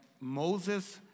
Moses